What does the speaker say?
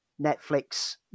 netflix